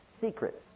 secrets